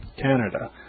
Canada